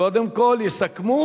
קודם כול יסכמו,